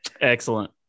Excellent